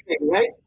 right